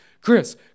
Chris